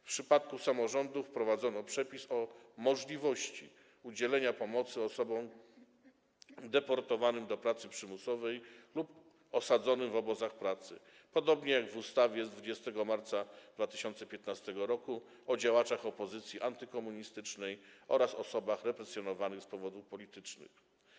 W przypadku samorządów wprowadzono przepis o możliwości udzielenia pomocy osobom deportowanym do pracy przymusowej lub osadzonym w obozach pracy, podobnie jak w ustawie z 20 marca 2015 r. o działaczach opozycji antykomunistycznej oraz osobach represjonowanych z powodów politycznych.